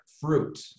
fruit